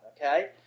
okay